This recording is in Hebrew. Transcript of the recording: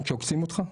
גם כשעוקצים אותך?